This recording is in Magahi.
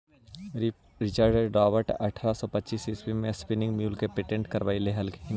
रिचर्ड रॉबर्ट अट्ठरह सौ पच्चीस ईस्वी में स्पीनिंग म्यूल के पेटेंट करवैले हलथिन